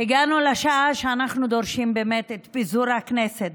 הגענו לשעה שבה אנחנו דורשים באמת את פיזור הכנסת,